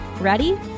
Ready